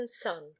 son